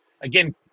Again